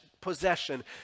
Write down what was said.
possession